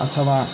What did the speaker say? अथवा